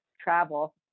travel